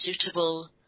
suitable